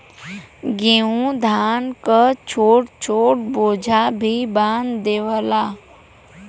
गेंहू धान के छोट छोट बोझा भी बांध देवला